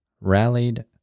rallied